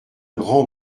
grand